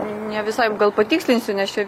ne visai gal patikslinsiu nes čia